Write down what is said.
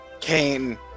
kane